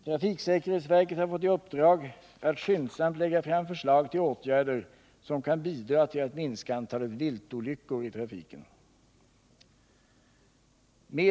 Trafiksäkerhetsverket har fått i uppdrag att skyndsamt lägga fram förslag till åtgärder som kan bidra till att minska antalet viltolyckor i trafiken.